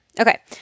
Okay